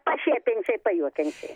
pašiepiančiai pajuokiančiai